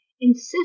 insist